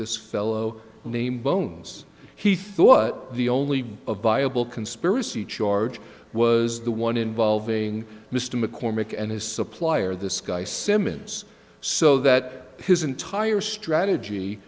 this fellow named bones he thought the only viable conspiracy charge was the one involving mr mccormick and his supplier this guy simmons so that his entire strategy